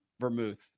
vermouth